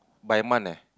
by month eh